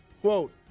Quote